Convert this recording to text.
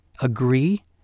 agree